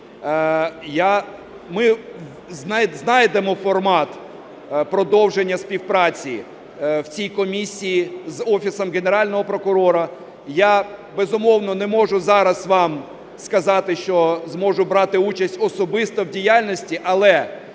Ми знайдемо формат продовження співпраці в цій комісії з Офісом Генерального прокурора. Я, безумовно, не можу зараз вам сказати, що зможу брати участь особисто в діяльності, але